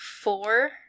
four